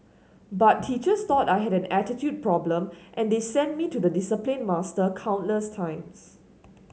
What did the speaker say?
but teachers thought I had an attitude problem and they sent me to the discipline master countless times